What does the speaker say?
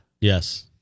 Yes